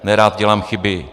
Nerad dělám chyby.